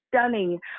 stunning